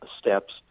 steps